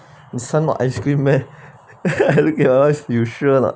this one not ice cream meh I look at all this you sure or not